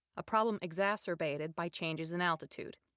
a problem exacerbated by changes in altitude.